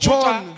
John